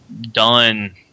done